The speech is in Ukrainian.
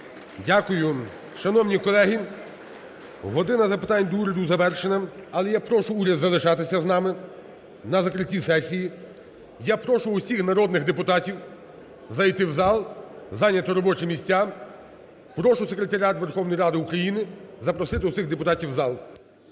Дякую. Шановні колеги, "година запитань до Уряду" завершена. Але я прошу уряд залишатися з нами на закритті сесії. Я прошу усіх народних депутатів зайти в зал, зайняти робочі місця. Прошу секретаріат Верховної Ради України запросити усіх депутатів в зал.